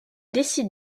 décide